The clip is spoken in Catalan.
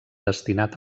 destinat